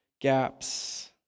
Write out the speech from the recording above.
gaps